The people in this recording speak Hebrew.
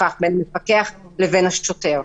השוטר פוגש אדם,